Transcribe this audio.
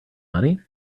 money